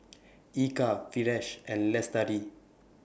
Eka Firash and Lestari